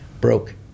broke